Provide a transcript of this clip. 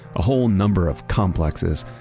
a whole number of complexes.